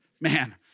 Man